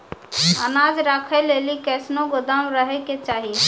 अनाज राखै लेली कैसनौ गोदाम रहै के चाही?